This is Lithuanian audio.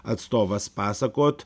atstovas pasakot